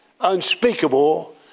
unspeakable